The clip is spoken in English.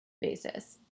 basis